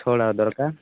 ଛଅଟାରେ ଦରକାର